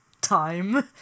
time